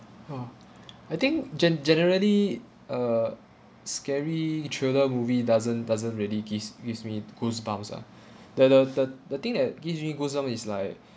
oh I think gen~ generally uh scary thriller movie doesn't doesn't really gives gives me the goosebumps ah the the the the thing that gives me goosebumps is like